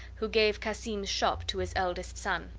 who gave cassim's shop to his eldest son.